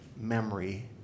memory